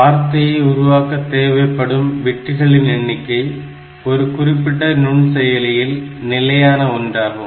வார்த்தையை உருவாக்க தேவைப்படும் பிட்டுகளின் எண்ணிக்கை ஒரு குறிப்பிட்ட நுண்செயலியில் நிலையான ஒன்றாகும்